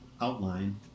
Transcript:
outline